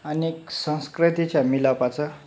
अनेक संस्कृतीच्या मिलापाचं